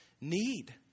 need